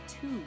two